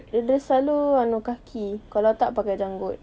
dia selalu anuh kaki kalau tak pakai janggut